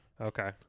Okay